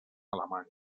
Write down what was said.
alemanya